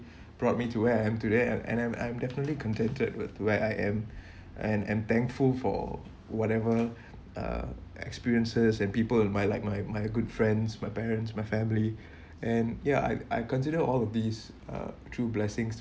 brought me to where I am today and and I'm definitely contented with where I am and I'm thankful for whatever uh experiences and people my like my my good friends my parents my family and ya I I consider all of these uh true blessings